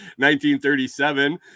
1937